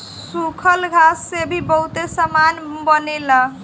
सूखल घास से भी बहुते सामान बनेला